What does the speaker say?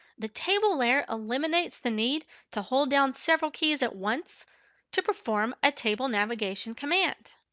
the table layer eliminates the need to hold down several keys at once to perform a table navigation command.